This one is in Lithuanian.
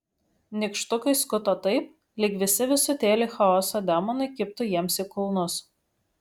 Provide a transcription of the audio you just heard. nykštukai skuto taip lyg visi visutėliai chaoso demonai kibtų jiems į kulnus